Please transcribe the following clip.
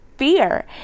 fear